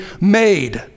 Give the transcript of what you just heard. made